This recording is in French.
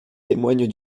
témoigne